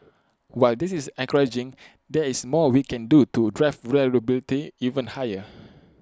while this is encouraging there is more we can do to drive reliability even higher